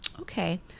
Okay